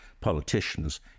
politicians